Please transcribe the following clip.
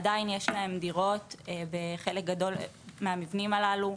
עדיין יש להם דירות בחלק גדול מהמבנים הללו,